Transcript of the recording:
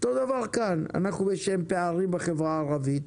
אותו דבר כאן יש פערים בחברה הערבית,